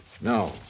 No